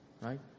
right